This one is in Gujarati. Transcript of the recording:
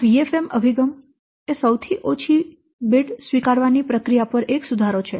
આ VFM અભિગમ એ સૌથી ઓછી બોલી સ્વીકારવા ની પ્રક્રિયા પર એક સુધારો છે